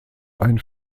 ein